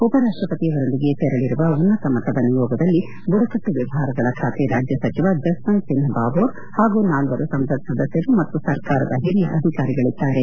ಉಪರಾಷ್ಷಪತಿಯವರೊಂದಿಗೆ ತೆರಳಿರುವ ಉನ್ನತ ಮಟ್ಟದ ನಿಯೋಗದಲ್ಲಿ ಬುಡಕಟ್ಟು ವ್ವವಹಾರಗಳ ಖಾತೆ ರಾಜ್ಯ ಸಚಿವ ಜಸ್ವಂತ್ ಸಿನ್ಹಾ ಭಾಭೋರ್ ಹಾಗೂ ನಾಲ್ವರು ಸಂಸತ್ ಸದಸ್ದರು ಮತ್ತು ಸರ್ಕಾರದ ಹಿರಿಯ ಅಧಿಕಾರಿಗಳಿದ್ದಾರೆ